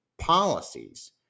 Policies